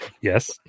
yes